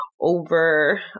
over